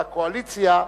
בקואליציה,